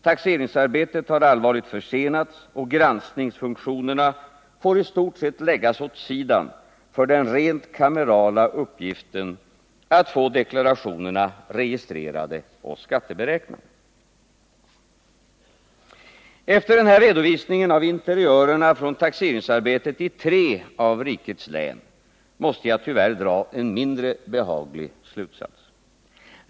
Taxeringsarbetet har allvarligt försenats, och granskningsfunktionerna får i stort sett läggas åt sidan för den rent kamerala uppgiften att få deklarationerna registrerade och skatteberäknade. Efter den här redovisningen av interiörerna från taxeringsarbetet i tre av rikets län måste jag tyvärr dra en mindre behaglig slutsats.